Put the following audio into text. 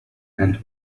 and